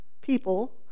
people